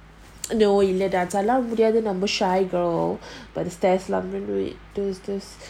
நம்ம:namma i'm a shy girl